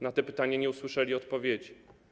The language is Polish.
Na te pytania nie usłyszeli odpowiedzi.